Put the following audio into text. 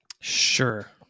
Sure